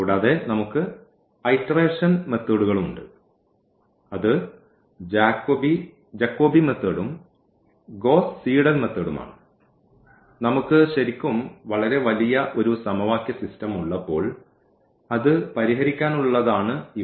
കൂടാതെ നമുക്ക് ഐട്ടെറേഷൻ മെത്തേഡ്കളുണ്ട് അത് ജക്കോബി മെത്തേഡും ഗ്വോസ്സ് സീഡൽ മെത്തേഡും ആണ് നമുക്ക് ശരിക്കും വളരെ വലിയ ഒരു സമവാക്യ സിസ്റ്റം ഉള്ളപ്പോൾ അത് പരിഹരിക്കാനുള്ളതാണ് ഇവ